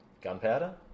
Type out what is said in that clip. Gunpowder